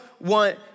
want